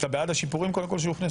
לא השבת לשאלה למה לא לתקן את חוק